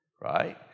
right